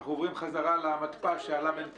אנחנו עוברים חזרה למתפ"ש ולאחר